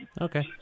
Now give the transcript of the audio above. Okay